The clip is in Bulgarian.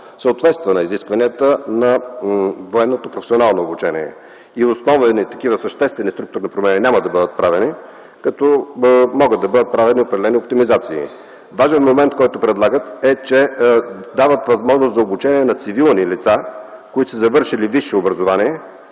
съответства на изискванията на военното професионално обучение и основни и съществени структурни промени няма да бъдат правени, като могат да бъдат правени определени оптимизации. Важен момент, който предлагат е, че дават възможност за обучение на цивилни лица, които са завършили висше образование